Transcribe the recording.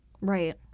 Right